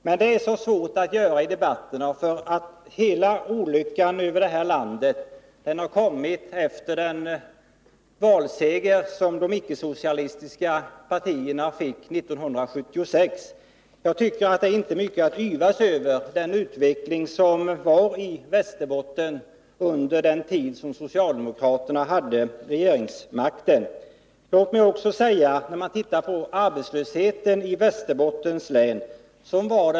Men det är så svårt för socialdemokraterna att redovisa sådant i debatterna, för alla olyckor i det här landet har enligt deras mening inträffat efter den valseger som de icke-socialistiska partierna fick 1976. Jag tycker inte att utvecklingen i Västerbotten under den tid som socialdemokraterna hade regeringsmakten är mycket att yvas över. Låt mig också redovisa siffrorna för arbetslösheten i Västerbottens län.